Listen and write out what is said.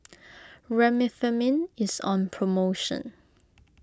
Remifemin is on promotion